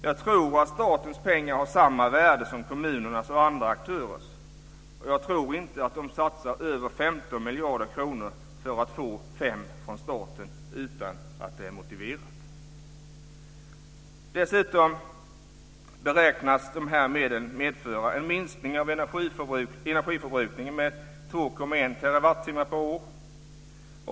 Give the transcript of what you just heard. Jag tror att statens pengar har samma värde som kommunernas och andra aktörers, och jag tror inte att de satsar över 15 miljarder kronor för att få 5 miljarder kronor från staten utan att det är motiverat. Dessutom beräknas de här medlen medföra en minskning av energiförbrukningen med 2,1 terrawattimmar per år.